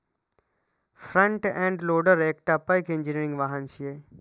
front end loader एकटा पैघ engineering वाहन छियै